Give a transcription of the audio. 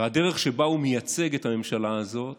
והדרך שבה הוא מייצג את הממשלה הזאת